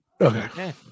Okay